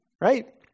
right